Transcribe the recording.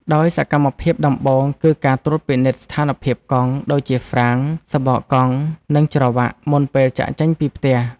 ដោយសកម្មភាពដំបូង គឺការត្រួតពិនិត្យស្ថានភាពកង់ ដូចជាហ្វ្រាំង សំបកកង់ និងច្រវ៉ាក់ មុនពេលចាកចេញពីផ្ទះ។